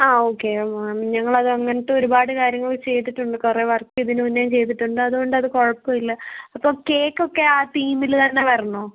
ആ okay ma'am ഞങ്ങളത് അങ്ങനത്തെ ഒരുപാട് കാര്യങ്ങള് ചെയ്തിട്ടുണ്ട് കുറെ വർക്കിതിന് മുൻപെയും ചെയ്തിട്ടുണ്ട് അത്കൊണ്ട അത് കുഴപ്പമില്ല അപ്പോൾ കേക്കൊക്കെ ആ തീമില് തന്നെ വരണോ